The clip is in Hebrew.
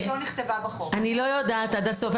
אני לא יודעת עד הסוף.